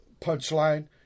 punchline